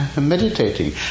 meditating